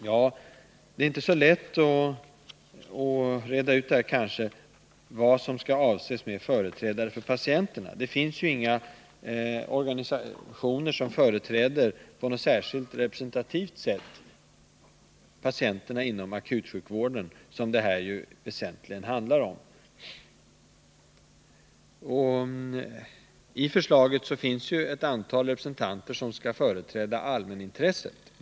Ja, det är inte så lätt att veta vad som skall avses med företrädare för patienterna. Det finns inga organisationer som på ett representativt sätt företräder patienterna inom akutsjukvården, som det framför allt handlar om. I förslaget talas det om ett antal representanter som skall företräda allmänintresset.